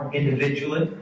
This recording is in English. individually